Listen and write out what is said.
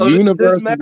universe